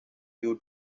due